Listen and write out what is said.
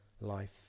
life